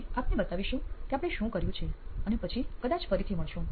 અમે આપને બતાવીશું કે આપણે શું કર્યું છે અને પછી કદાચ ફરીથી મળીશું